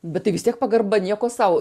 bet tai vis tiek pagarba nieko sau